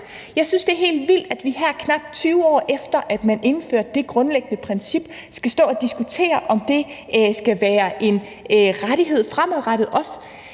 Jeg synes, det er helt vildt, at vi her, knap 20 år efter at man indførte det grundlæggende princip, skal stå og diskutere, om det skal være en rettighed fremadrettet også.